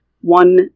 one